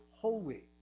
holy